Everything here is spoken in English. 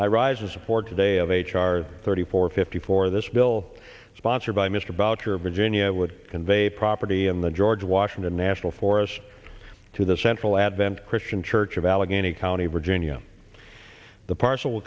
support today of h r thirty four fifty four this bill sponsored by mr boucher of virginia i would convey property in the george washington national forest to the central advent christian church of allegheny county virginia the partial